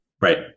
right